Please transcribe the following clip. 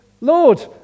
Lord